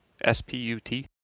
S-P-U-T